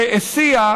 שהסיע,